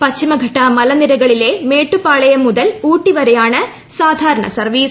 പശ്ചിമഘട്ട മലനിരകളിലെ മേട്ടുപാളയം മുതൽ ഊട്ടി വരെയാണ് സാധാരണ സർവീസ്